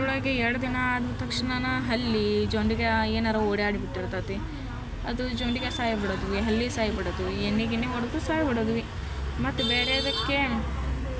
ಅದರೊಳಗೆ ಎರಡು ದಿನ ಆದ ತಕ್ಷಣ ಹಲ್ಲಿ ಜೊಂಡಿಗ ಏನಾದ್ರೂ ಓಡ್ಯಾಡಿ ಬಿಟ್ಟಿರ್ತತಿ ಅದು ಜೊಂಡಿಗ ಸಾಯ ಬಿಡೋದು ಹಲ್ಲಿ ಸಾಯಿ ಬಿಡೋದು ಈ ಎಣ್ಣೆ ಗಿಣ್ಣೆ ಹೊಡೆದು ಸಾಯಿ ಬಿಡೋದ್ವಿ ಮತ್ತು ಬೇರೆಯದಕ್ಕೆ